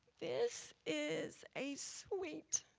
this is a sweet,